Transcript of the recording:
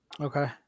Okay